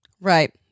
Right